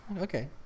okay